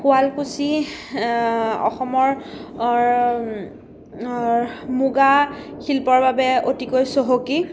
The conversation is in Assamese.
শুৱালকুছি অসমৰ মুগা শিল্পৰ বাবে অতিকৈ চহকী